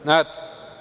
Znate?